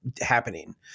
happening